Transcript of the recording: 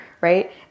right